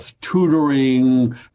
tutoring